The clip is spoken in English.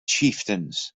chieftains